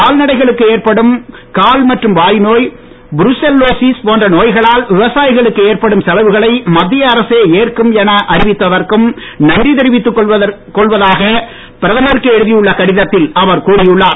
கால்நடைகளுக்கு ஏற்படும் கால் மற்றும் வாய் நோய் புருசெல்லோசிஸ் போன்ற நோய்களால் விவசாயிகளுக்கு ஏற்படும் செலவுகளை மத்திய அரசே ஏற்கும் என அறிவித்ததற்கும் நன்றி தெரிவித்துக் கொள்வதாக பிரதமருக்கு எழுதி உள்ள கடித்தில் அவர் கூறி உள்ளார்